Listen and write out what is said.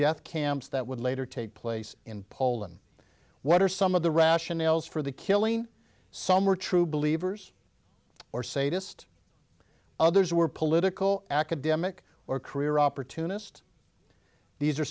death camps that would later take place in poland what are some of the rationales for the killing some were true believers or sadist others were political academic or career opportunist these are